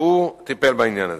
שהוא טיפל בעניין הזה.